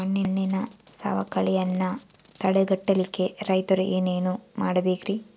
ಮಣ್ಣಿನ ಸವಕಳಿಯನ್ನ ತಡೆಗಟ್ಟಲಿಕ್ಕೆ ರೈತರು ಏನೇನು ಮಾಡಬೇಕರಿ?